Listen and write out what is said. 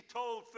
told